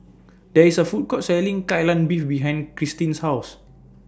There IS A Food Court Selling Kai Lan Beef behind Cristine's House